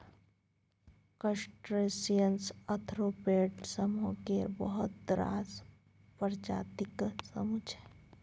crustaceans arthropod समुह केर बहुत रास प्रजातिक समुह छै